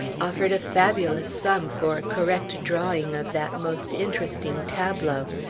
offered a fabulous sum for a correct drawing of that most interesting tableau,